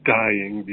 dying